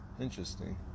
interesting